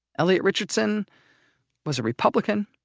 elliot richardson was a republican,